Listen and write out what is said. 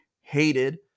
hated